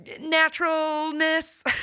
naturalness